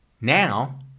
Now